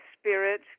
Spirit